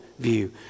view